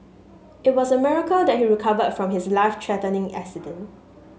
it was a miracle that he recovered from his life threatening accident